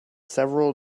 several